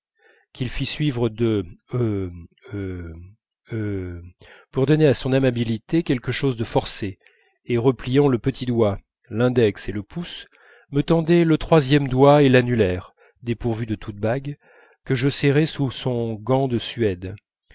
qu'il fit suivre de heue heue heue pour donner à son amabilité quelque chose de forcé et repliant le petit doigt l'index et le pouce me tendait le troisième doigt et l'annulaire dépourvus de toute bague que je serrai sous son gant de suède